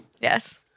yes